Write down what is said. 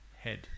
head